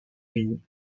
une